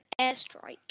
airstrike